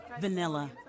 vanilla